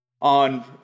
on